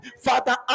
father